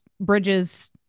bridges